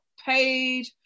paid